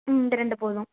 இந்த ரெண்டு போதும்